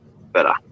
Better